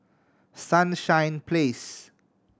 Sunshine Place